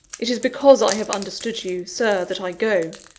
it is because i have understood you, sir, that i go.